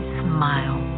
smile